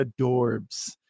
adorbs